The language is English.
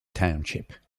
township